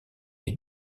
les